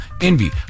Envy